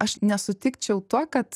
aš nesutikčiau tuo kad